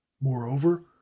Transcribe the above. Moreover